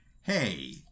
hey